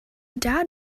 dad